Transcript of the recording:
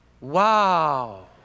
wow